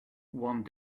one